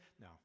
No